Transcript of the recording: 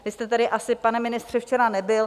Vy jste tady asi, pane ministře, včera nebyl.